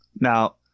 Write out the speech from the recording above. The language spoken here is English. Now